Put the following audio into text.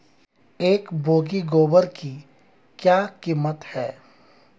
एक बोगी गोबर की क्या कीमत है?